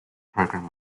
program